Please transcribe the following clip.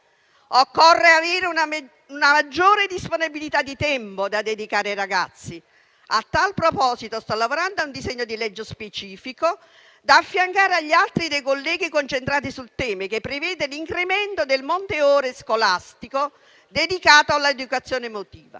Occorre avere una maggiore disponibilità di tempo da dedicare ai ragazzi. A tal proposito, sto lavorando a un disegno di legge specifico da affiancare agli altri dei colleghi concentrati sul tema, che prevede l'incremento del monte ore scolastico dedicato all'educazione emotiva,